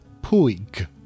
Puig